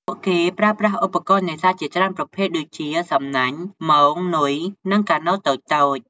ពួកគេប្រើប្រាស់ឧបករណ៍នេសាទជាច្រើនប្រភេទដូចជា សំណាញ់ មង នុយ និង កាណូតតូចៗ។